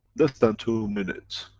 less than two minutes,